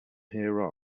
here